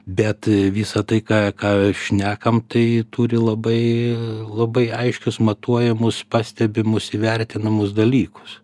bet visa tai ką ką šnekam tai turi labai labai aiškius matuojamus pastebimus įvertinamus dalykus